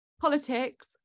politics